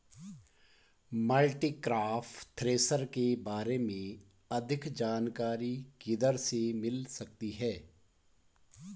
Multicrop thresher के बारे में अधिक जानकारी किधर से मिल सकती है?